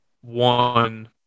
One